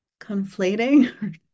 conflating